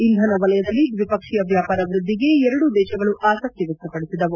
ಇಂಧನ ವಲಯದಲ್ಲಿ ದ್ವಿಪಕ್ಷೀಯ ವ್ಯಾಪಾರ ವೃದ್ದಿಗೆ ಎರಡೂ ದೇಶಗಳು ಆಸಕ್ತಿ ವ್ಯಕ್ತಪಡಿಸಿದವು